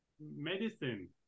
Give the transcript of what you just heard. medicine